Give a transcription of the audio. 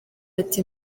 ati